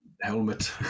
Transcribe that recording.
helmet